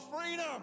freedom